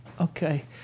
okay